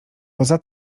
poza